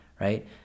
right